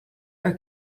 are